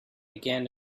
began